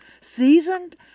seasoned